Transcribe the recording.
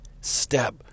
step